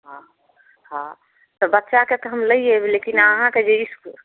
हँ हँ तऽ बच्चाके तऽ हम लय अयबै लेकिन अहाँके जे इस्कुल